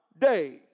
day